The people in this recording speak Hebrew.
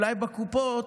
אולי בקופות,